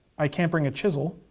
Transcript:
i can't bring a chisel.